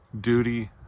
Duty